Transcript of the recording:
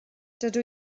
dydw